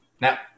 Now